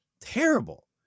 terrible